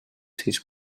sis